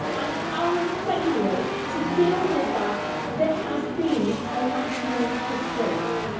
and it's our failure to deal with that that has been a national disgrace.